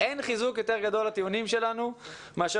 אין חיזוק גדול יותר לטיעונים שלנו מאשר